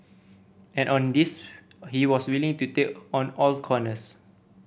and on this he was willing to take on all corners